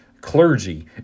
clergy